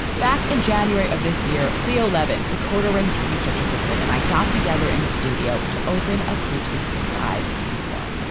ah back in january of this year, cleo levin, decoder rings research assistant and i got together in the studio to open a poopsie surprise unicorn